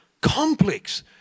complex